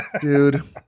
Dude